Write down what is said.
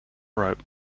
rope